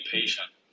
patient